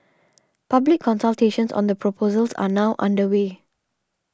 public consultations on the proposals are now underway